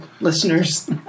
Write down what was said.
listeners